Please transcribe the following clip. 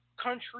Country